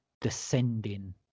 descending